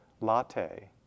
latte